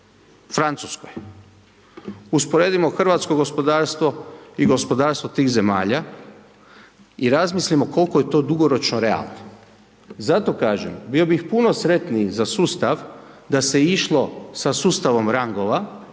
Francuskoj. Usporedimo hrvatsko gospodarstvo i gospodarstvo tih zemalja i razmislimo koliko je to dugoročno realno. Zato kažem, bio bih puno sretniji za sustav da se išlo sa sustavom rangova